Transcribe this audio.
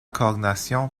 coordination